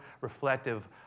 reflective